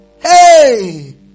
Hey